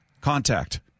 contact